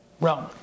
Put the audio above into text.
Rome